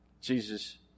Jesus